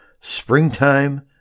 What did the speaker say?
springtime